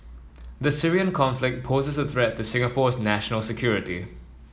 the Syrian conflict poses a threat to Singapore's national security